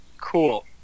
Cool